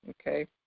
Okay